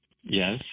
Yes